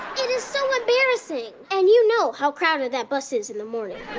it is so embarrassing! and you know how crowded that bus is in the morning.